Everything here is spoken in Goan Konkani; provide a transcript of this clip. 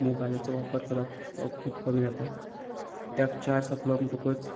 मोबायलाचो वापर करप हो खूब कमी जाता कित्याक चार्ज सोंपलो म्हणटकूच